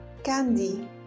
Candy